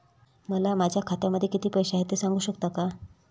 मला माझ्या खात्यामध्ये किती पैसे आहेत ते सांगू शकता का?